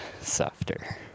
softer